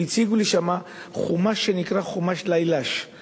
והציגו לי שם חומש שנקרא חומש לאילַשי